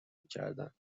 میکردن